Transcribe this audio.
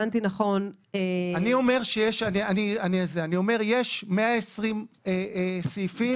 אומר שיש 120 סעיפים,